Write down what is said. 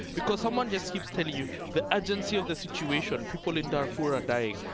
because someone just keeps telling you the urgency of the situation. people in darfur are dying.